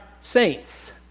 saints